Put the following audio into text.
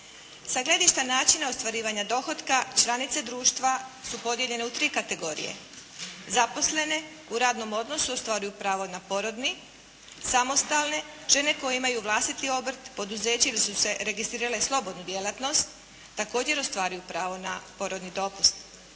Sa gledišta načina ostvarivanja dohotka članice društva su podijeljene u tri kategorije: zaposlene - u radnom odnosu ostvaruju pravo na porodni, samostalne – žene koje imaju vlastiti obrt, poduzeće ili su registrirale slobodnu djelatnost također ostvaruju pravo na porodni dopust,